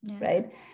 right